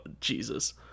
Jesus